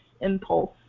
Impulse